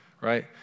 right